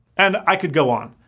and i could go on.